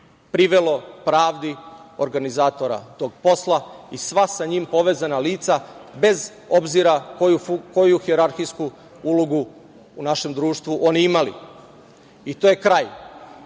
privelo pravdi organizatora tog posla i sva sa njim povezana lica, bez obzira koju hijerarhijsku ulogu u našem društvu oni imali i to je kraj,